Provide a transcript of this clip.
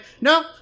no